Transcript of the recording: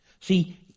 See